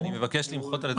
אני מבקש למחות על הדברים.